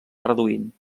reduint